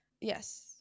Yes